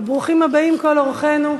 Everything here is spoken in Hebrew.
ברוכים הבאים, כל אורחינו.